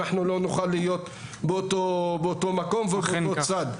אנחנו לא נוכל להיות באותו מקום ובאותו צד.